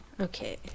Okay